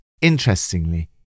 Interestingly